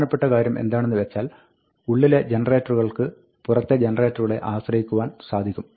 പ്രധാനപ്പെട്ട കാര്യം എന്താണെന്ന് വെച്ചാൽ ഉള്ളിലെ ജനറേറ്ററുകൾക്ക് പുറത്തെ ജനറേറ്ററുകളെ ആശ്രയിക്കുവാൻ സാധിക്കും